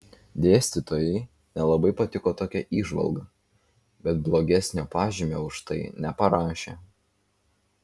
dėstytojai nelabai patiko tokia įžvalga bet blogesnio pažymio už tai neparašė